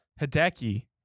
Hideki